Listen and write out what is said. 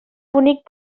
bonic